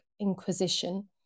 Inquisition